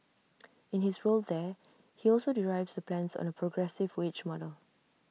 in his role there he also the plans on A progressive wage model